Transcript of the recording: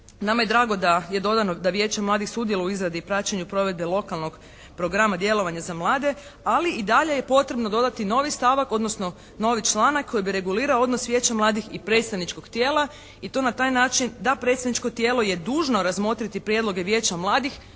nama je drago da je dodano da Vijeće mladih sudjeluje u izradi i praćenju provedbe lokalnog programa djelovanja za mlade. Ali i dalje je potrebno dodati novi stavak, odnosno novi članak koji bi regulirao odnos Vijeća mladih i predstavničkog tijela i to na taj način da predstavničko tijelo je dužno razmotriti prijedloge Vijeća mladih,